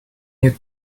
you